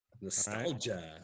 Nostalgia